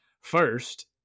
first